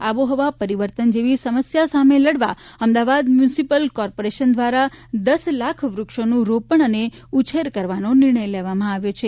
આબોહવા પરિવર્તન જેવી સમસ્યા સામે લડવા અમદાવાદ મ્યૂનિસિપલ કોર્પોરેશન દ્વારા દસ લાખ વૃક્ષોનું રોપણ અને ઉછેર કરવાનો નિર્ણય લેવામાં આવ્યો છે